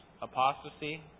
apostasy